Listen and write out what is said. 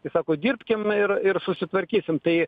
jis sako dirbkim ir ir susitvarkysim tai